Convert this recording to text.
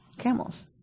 camels